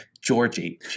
Georgie